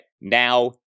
now